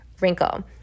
wrinkle